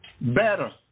Better